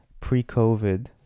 pre-covid